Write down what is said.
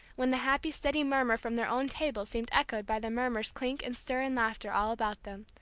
when the happy steady murmur from their own table seemed echoed by the murmurs clink and stir and laughter all about them,